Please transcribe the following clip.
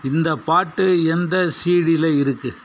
இந்த பாட்டு எந்த சிடியில இருக்குது